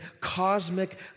cosmic